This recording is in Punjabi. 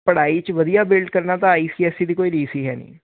ਪੜਾਈ 'ਚ ਵਧੀਆ ਬਿਲਡ ਕਰਨਾ ਤਾਂ ਆਈ ਸੀ ਐਸ ਸੀ ਦੀ ਕੋਈ ਰੀਸ ਈ ਹੈਨੀ